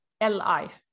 L-I